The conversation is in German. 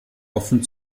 offen